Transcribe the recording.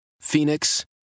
Phoenix